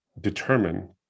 determine